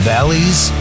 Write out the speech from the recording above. Valley's